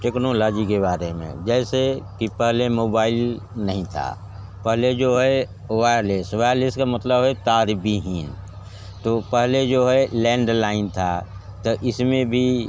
technology के बारे में जैसे कि पहले मोबाइल नहीं था पहले जो है वायरलेस वायरलेस का मतलब है तार विहीन तो पहले जो है लैंडलाइन था तो इस में भी